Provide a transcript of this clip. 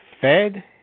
Fed